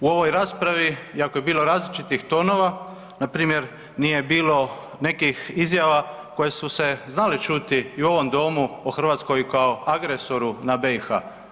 U ovoj raspravi iako je bilo različitih tonova, npr. nije bilo nekih izjava koje su se znale čuti i u ovom domu o Hrvatskoj kao agresoru na BiH.